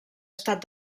estat